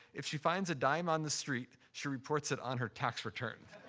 if she finds a dime on the street, she reports it on her tax return.